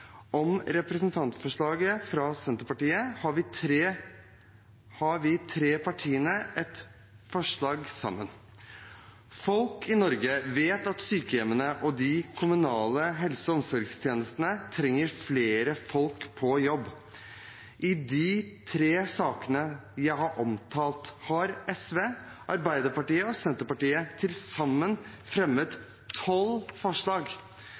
har vi tre partiene et forslag sammen. Folk i Norge vet at sykehjemmene og de kommunale helse- og omsorgstjenestene trenger flere folk på jobb. I de tre sakene jeg har omtalt, har SV, Arbeiderpartiet og Senterpartiet til sammen fremmet tolv forslag.